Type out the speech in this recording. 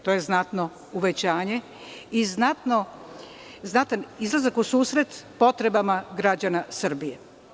To je znatno uvećanje i znatan izlazak u susret potrebama građana Srbije.